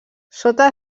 sota